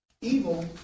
evil